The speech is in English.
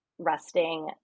resting